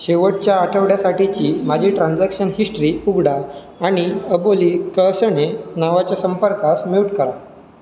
शेवटच्या आठवड्यासाठीची माझी ट्रान्झॅक्शन हिस्ट्री उघडा आणि अबोली कळसणे नावाच्या संपर्कास म्यूट करा